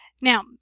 Now